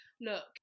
look